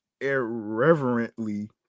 irreverently